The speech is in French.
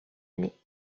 année